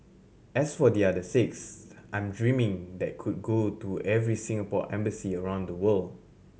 as for the other six I'm dreaming that could go to every Singapore embassy around the world